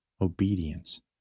obedience